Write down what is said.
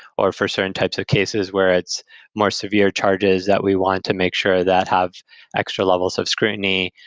or for certain types of cases where it's more severe charges that we want to make sure that have extra levels of scrutiny.